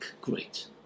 great